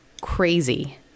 crazy